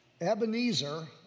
Ebenezer